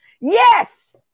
yes